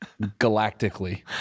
galactically